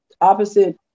opposite